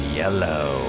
yellow